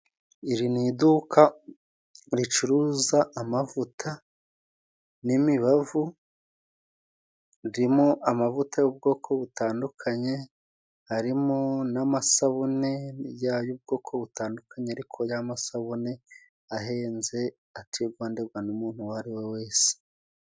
Iri ni iduka ricuruza amavuta n'imibavu, ririmo amavuta y'ubwoko butandukanye, harimo n'amasabune y'ubwoko butandukanye ariko ya masabune ahenze atigondegwa n'umuntu uwo ari we wese.